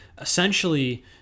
essentially